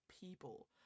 people